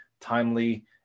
timely